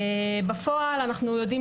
בפועל אנחנו יודעים